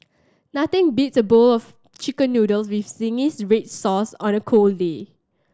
nothing beats a bowl of Chicken Noodles with zingy red sauce on a cold day